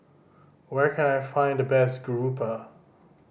where can I find the best garoupa